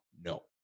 No